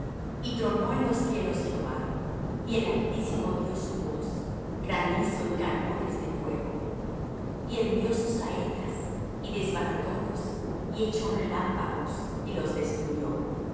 y tronó en los cielos jehová y el altísimo dió su voz granizo y carbones de fuego y envió sus saetas y desbaratólos y echó relámpagos y los destruyó y